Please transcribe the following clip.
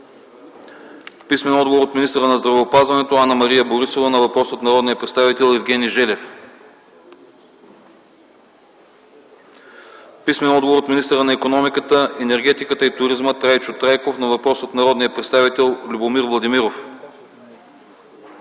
писмен отговор от министъра на здравеопазването Анна-Мария Борисова на въпрос от народния представител Евгений Желев; - писмен отговор от министъра на икономиката, енергетиката и туризма Трайчо Трайков на въпрос от народния представител Любомир Владимиров;